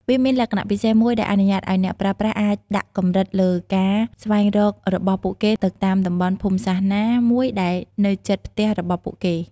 វាមានលក្ខណៈពិសេសមួយដែលអនុញ្ញាតឱ្យអ្នកប្រើប្រាស់អាចដាក់កម្រិតលើការស្វែងរករបស់ពួកគេទៅតាមតំបន់ភូមិសាស្ត្រណាមួយដែលនៅជិតផ្ទះរបស់ពួកគេ។